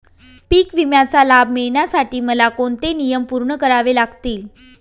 पीक विम्याचा लाभ मिळण्यासाठी मला कोणते नियम पूर्ण करावे लागतील?